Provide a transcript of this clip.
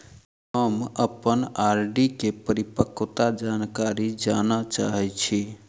हम अप्पन आर.डी केँ परिपक्वता जानकारी जानऽ चाहै छी